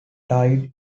tied